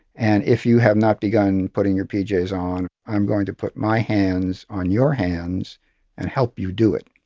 and if you have not begun putting your pjs on i'm going to put my hands on your hands and help you do it.